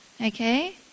Okay